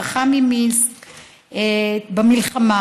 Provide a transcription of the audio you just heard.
ברחה ממינסק במלחמה,